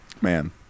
Man